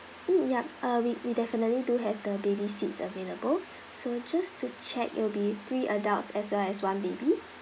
mm yup uh we we definitely do have the baby seats available so just to check it'll be three adults as well as one baby